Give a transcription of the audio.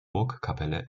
burgkapelle